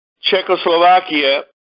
Czechoslovakia